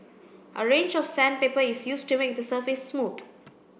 a range of sandpaper is used to make the surface smooth